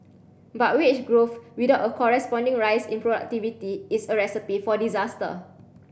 but wage growth without a corresponding rise in productivity is a recipe for disaster